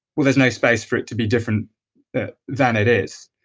well, there's no space for it to be different than it is.